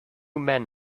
men